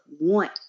want